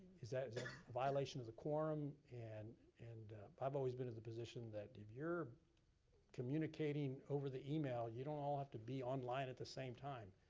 is that a violation of the quorum? and and i've always been in the position in that if you're communicating over the email, you don't all have to be online at the same time.